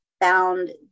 found